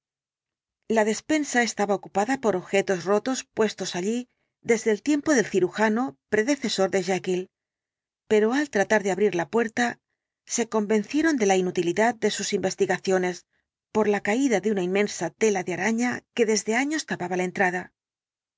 la despensa estaba ocupada por objetos rotos puestos allí desde el tiempo del cirujano predecesor de jekyll pero al tratar de abrir la puerta se convencieron de la inutilidad de sus investigaciones por la caída de una inmensa tela de arana que desde años tapaba la entrada